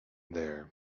there